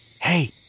Hey